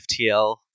FTL